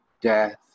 death